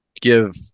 give